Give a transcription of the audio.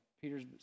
Peter's